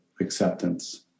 acceptance